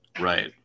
Right